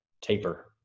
taper